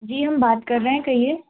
जी हम बात कर रहे हैं कहिए